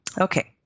Okay